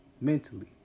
Mentally